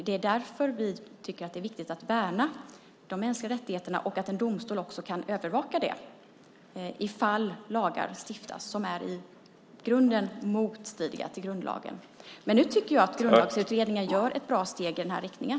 Det är därför vi tycker att det är viktigt att värna de mänskliga rättigheterna och att en domstol också kan övervaka det i fall lagar stiftas som i grunden är motstridiga till grundlagen. Nu tycker jag att Grundlagsutredningen tar ett bra steg i den här riktningen.